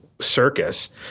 circus